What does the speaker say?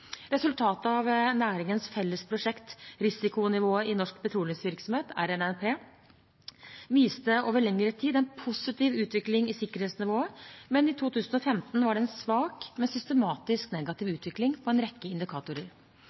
av næringens felles prosjekt Risikonivå i norsk petroleumsvirksomhet, RNNP, viste over lengre tid en positiv utvikling i sikkerhetsnivået, men i 2015 var det en svak, men systematisk negativ utvikling på en rekke indikatorer.